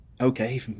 Okay